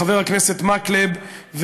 חבר הכנסת מקלב,